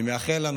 אני מאחל לנו,